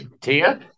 Tia